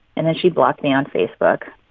and then she blocked me on facebook.